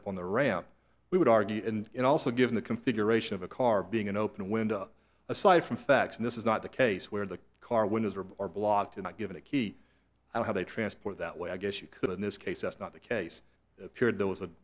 up on the ramp we would argue and also given the configuration of a car being an open window aside from facts and this is not the case where the car windows were blocked and given a key how they transport that way i guess you could in this case that's not the case appeared there was